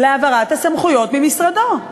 להעברת הסמכויות ממשרדו,